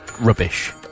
rubbish